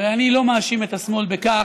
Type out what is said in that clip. הרי אני לא מאשים את השמאל בכך